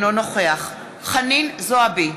אינו נוכחת חנין זועבי,